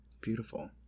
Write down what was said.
Beautiful